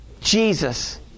Jesus